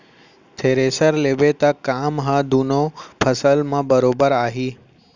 thresher लेबे त काम ह दुनों फसल म बरोबर आही